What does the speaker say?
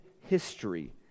history